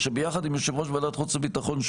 שביחד עם יושב-ראש ועדת החוץ והביטחון,